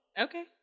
Okay